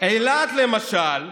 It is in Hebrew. לאילת למשל,